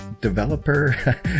Developer